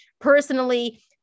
personally